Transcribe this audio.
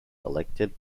elected